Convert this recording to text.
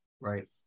right